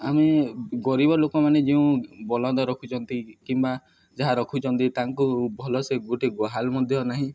ଆମେ ଗରିବ ଲୋକମାନେ ଯେଉଁ ବଲଦ ରଖୁଛନ୍ତି କିମ୍ବା ଯାହା ରଖୁଛନ୍ତି ତାଙ୍କୁ ଭଲସେ ଗୋଟେ ଗୁହାଲ ମଧ୍ୟ ନାହିଁ